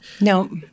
No